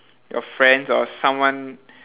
your friends or someone